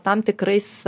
tam tikrais